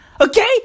Okay